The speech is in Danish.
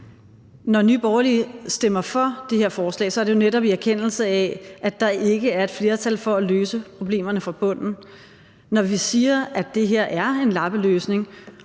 Når Nye Borgerlige stemmer for det her forslag, er det jo netop i erkendelse af, at der ikke er et flertal for at løse problemerne fra bunden. Når vi siger, at det her er en lappeløsning,